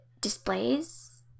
displays